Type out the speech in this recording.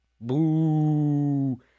Boo